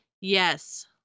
yes